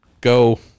go